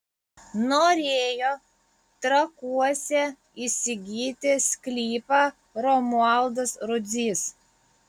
norėjo trakuose įsigyti sklypą romualdas rudzys